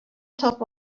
top